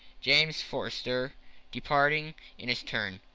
james forster departing in his turn.